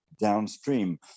downstream